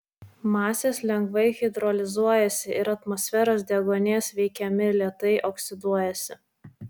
masės lengvai hidrolizuojasi ir atmosferos deguonies veikiami lėtai oksiduojasi